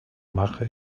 mache